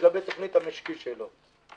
לגבי תוכנית המשקית שלו.